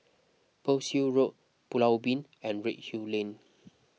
Pearl's Hill Road Pulau Ubin and Redhill Lane